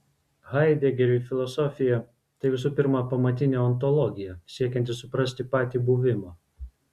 haidegeriui filosofija tai visų pirma pamatinė ontologija siekianti suprasti patį buvimą